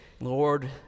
Lord